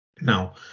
Now